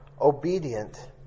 obedient